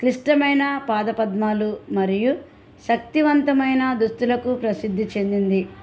క్లిష్టమైన పాదపద్మాలు మరియు శక్తివంతమైన దుస్తులకు ప్రసిద్ధి చెందింది